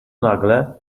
nagle